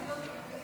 חברי כנסת נכבדים,